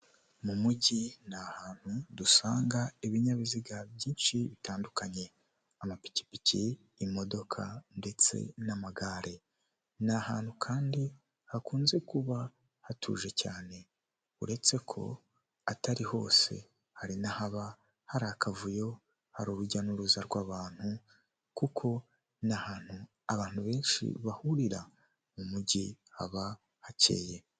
Mu mujyi ni ahantu dusanga ibinyabiziga byinshi bitandukanye, amapikipiki imodika ndetse n'amagare, ni ahantu kandi hakunze kuba hatuje cyane uretse ko atari hose, hari n'ahaba hari akavuyo hari urujya n'uruza rw'abantu kuko ni ahantu abantu benshi bahurira, mu mujyi haba hakeye.